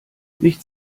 nicht